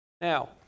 Now